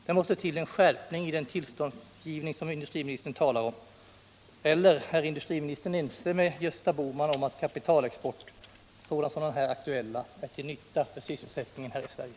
Det måste ull en skärpning i den tillståndsgivning som industriministern talar om. Eller är industriministern ense med Gösta Bohman om att kapitalexport, sådan som den här aktuella, är till nytta för sysselsättningen i Sverige?